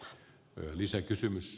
arvoisa puhemies